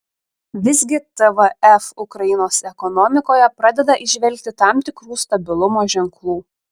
visgi tvf ukrainos ekonomikoje pradeda įžvelgti tam tikrų stabilumo ženklų